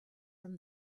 from